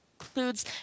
includes